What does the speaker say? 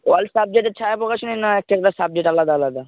all সাব্জেক্টের ছায়া প্রকাশনী না একটা একটা সাবজেক্ট আলাদা আলাদা